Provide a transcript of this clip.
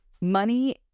Money